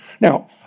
Now